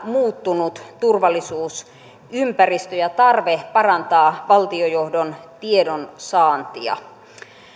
muuttunut turvallisuusympäristö ja tarve parantaa valtiojohdon tiedonsaantia